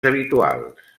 habituals